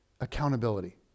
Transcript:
accountability